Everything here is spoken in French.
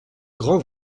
grand